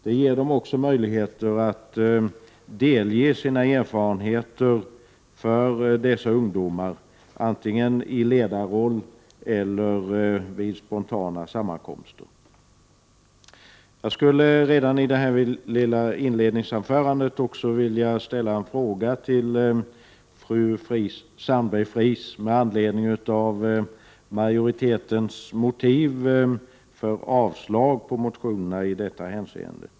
Det ger också idrottsutövarna möjlighet att delge dessa ungdomar sina erfarenheter, antingen i ledarroll eller vid spontana sammankomster. Jag vill redan i mitt inledningsanförande ställa en fråga till fru Sandberg Fries med anledning av majoritetens motiv för att avstyrka motionerna i detta hänseende.